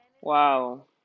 Wow